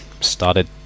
started